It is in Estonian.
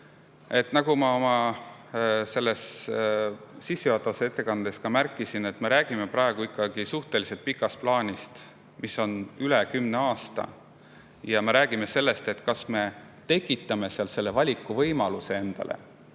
Nagu ma oma sissejuhatavas ettekandes ka märkisin, me räägime praegu ikkagi suhteliselt pikast plaanist, mis on üle 10 aasta, ja me räägime sellest, kas me tekitame endale valikuvõimaluse või me